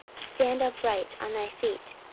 stand upright on thy feet.